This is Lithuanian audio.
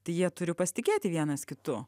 tai jie turi pasitikėti vienas kitu